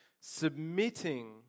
submitting